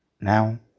Now